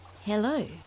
Hello